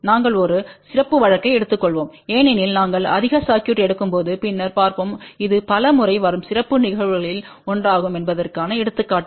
நாங்கள் ஒரு சிறப்பு வழக்கை எடுத்துக்கொள்வோம் ஏனெனில் நாங்கள் அதிக சர்க்யூட் எடுக்கும்போது பின்னர் பார்ப்போம் இது பல முறை வரும் சிறப்பு நிகழ்வுகளில் ஒன்றாகும் என்பதற்கான எடுத்துக்காட்டுகள்